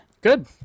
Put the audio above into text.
Good